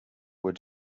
were